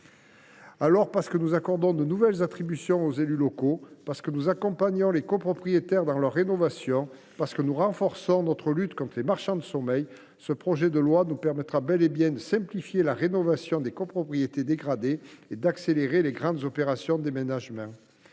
produit. Parce que nous accordons de nouvelles attributions aux élus locaux, parce que nous accompagnons les copropriétaires dans leurs travaux de rénovation, parce que nous renforçons la lutte contre les marchands de sommeil, nous parviendrons bel et bien avec ce projet de loi à simplifier la rénovation des copropriétés dégradées et à accélérer les grandes opérations d’aménagement.